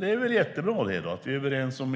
Det är väl jättebra att